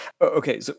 Okay